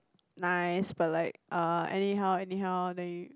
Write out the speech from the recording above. nice but like uh anyhow anyhow then you